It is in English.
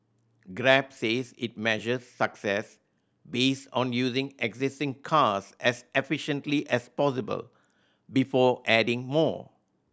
grab says it measures success based on using existing cars as efficiently as possible before adding more